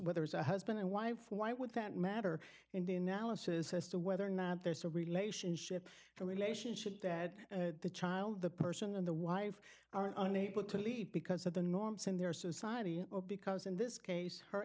whether it's a husband and wife why would that matter in the analysis as to whether or not there's a relationship a relationship that the child the person and the wife are unable to leave because of the norms in their society or because in this case her